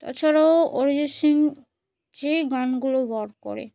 তাছাড়াও অরিজিৎ সিং যেই গানগুলো বার করে